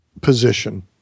position